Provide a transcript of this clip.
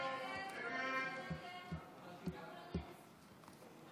ההסתייגות (47) של חברי הכנסת שלמה קרעי,